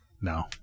No